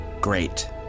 Great